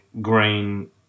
green